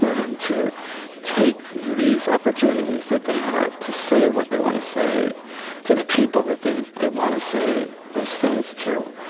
and to take these opportunities that they have to say what they want to say to the people that they they want to say those things to.